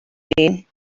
train